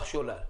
שולל.